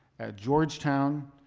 at georgetown,